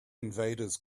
invaders